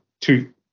two